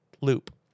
loop